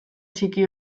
txiki